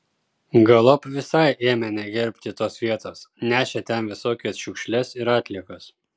galop visai ėmė negerbti tos vietos nešė ten visokias šiukšles ir atliekas